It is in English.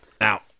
Now